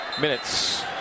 minutes